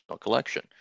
collection